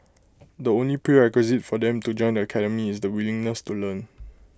the only prerequisite for them to join the academy is the willingness to learn